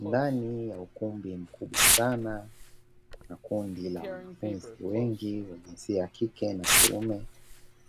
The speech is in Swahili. Ndani ya ukumbi mkubwa sana kuna kundi la wanafunzi wengi wa jinsia ya kike na kiume,